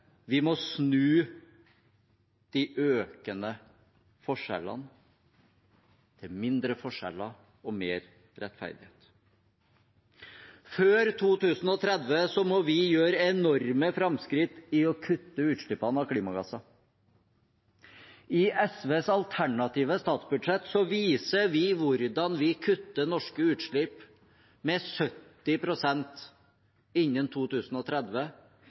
vi må snu de økende forskjellene til mindre forskjeller og mer rettferdighet. Før 2030 må vi gjøre enorme framskritt i å kutte utslippene av klimagasser. I SVs alternative statsbudsjett viser vi hvordan vi kutter norske utslipp med 70 pst. innen 2030